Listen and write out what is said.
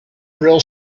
real